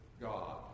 God